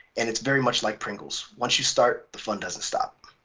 and it's very much like pringles. once you start, the fun doesn't stop.